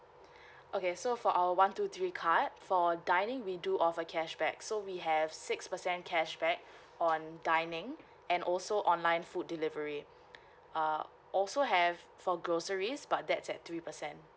okay so for our one two three card for dining we do offer cashback so we have six percent cashback on dining and also online food delivery uh also have for groceries but that's at three percent